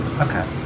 Okay